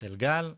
אצל גל,